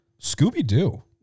Scooby-Doo